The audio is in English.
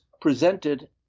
presented